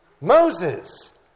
Moses